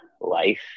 life